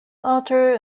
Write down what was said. altar